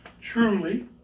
truly